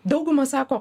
dauguma sako